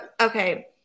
okay